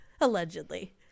Allegedly